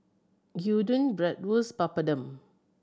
Gyudon Bratwurst Papadum